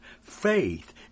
faith